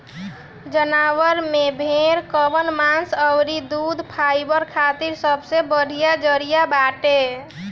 जानवरन में भेड़ कअ मांस अउरी दूध फाइबर खातिर सबसे बढ़िया जरिया बाटे